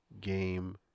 game